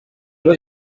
was